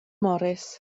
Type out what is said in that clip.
morris